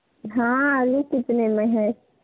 हाँ आलू कितने में है